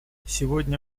сегодня